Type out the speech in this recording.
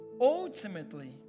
Ultimately